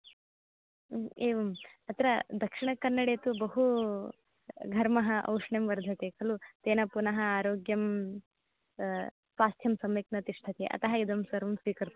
एवं अत्र दक्षिणकन्नडे तु बहु घर्मः औष्ण्यं वर्धते खलु तेन पुनः आरोग्यं स्वास्थ्यं सम्यक् न तिष्ठति अतः इदं सर्वं स्वीकृतम् उक्तमस्ति